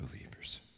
believers